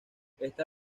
esta